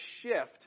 shift